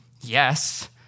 yes